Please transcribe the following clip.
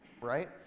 Right